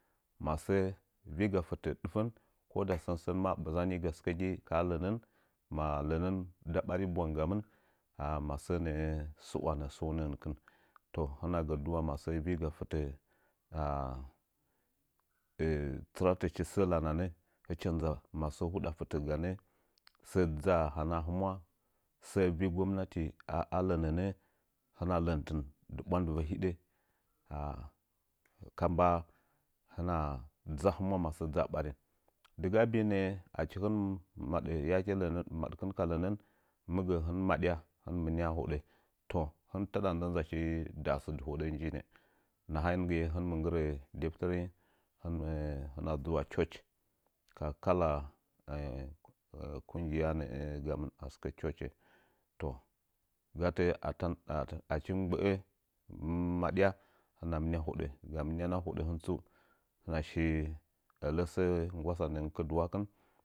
Masə viga fitə ditən koda sən ma bɨzaniga sɨkəgi laaha lənən maa lənən nda bari bwang gamɨn aze maso nə'ə sɨ wanə səunəngənkɨm toz hɨna gə duwa masə viiga htə ana tunatə chi səə lananə hɨcha ndza masəə huda fitə ganə səə dzaa hanən ahmiusa səə vi gwamnati alənə nə hɨna ləntɨn ndɨ gwamdɨvə hidə ana kamba hɨna dzɨ ahɨmwa ma sə dzaa ɓarin dɨga bii nə'ə achi hɨn mɨ madə yake lənən madkɨn ke lənən mɨgə hɨn mɨ madya hɨn mɨ mɨnia ahoɗə toh hɨn taɗa ndɨ nzachi da'as dɨ hoɗə njinə nahan giye hmɨm nggirə deltərəi hɨna dzu a church ka kala kungiya nə'ə gamɨn a sɨkə churhe toh gatə ata achi mɨ gbə'ə mɨ maɗya hɨna mɨnia ahodə ga mɨn'an ahodə nətsu hɨnashi ələ sə nggwa sanə nggɨ kɨdɨwəkɨn.